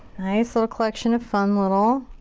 nice little collection of fun little.